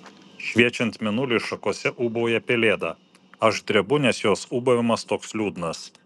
šviečiant mėnuliui šakose ūbauja pelėda aš drebu nes jos ūbavimas toks liūdnas